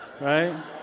right